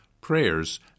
prayers